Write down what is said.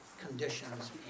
conditions